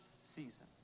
season